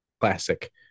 classic